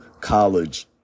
college